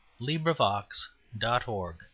LibriVox.org